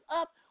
up